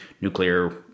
nuclear